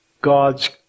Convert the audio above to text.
God's